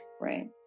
right